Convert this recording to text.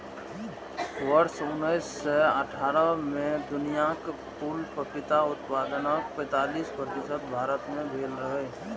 वर्ष उन्नैस सय अट्ठारह मे दुनियाक कुल पपीता उत्पादनक पैंतालीस प्रतिशत भारत मे भेल रहै